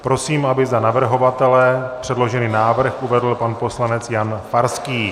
Prosím, aby za navrhovatele předložený návrh uvedl pan poslanec Jan Farský.